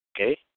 okay